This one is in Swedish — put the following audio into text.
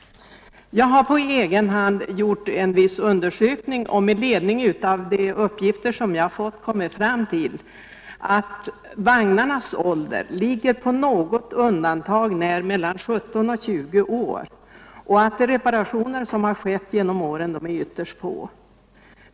Jag har på egen hand gjort en viss undersökning och med ledning av de uppgifter som jag därvid har fått kommit fram till att vagnarnas ålder på något undantag när ligger mellan 17 och 20 år och att de reparationer som har företagits på dem är ytterst få.